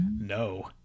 No